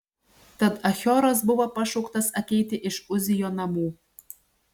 tad achioras buvo pašauktas ateiti iš uzijo namų